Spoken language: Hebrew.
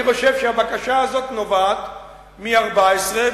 אני חושב שהבקשה הזאת נובעת מ-14,